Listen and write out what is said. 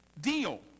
deal